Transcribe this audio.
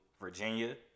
Virginia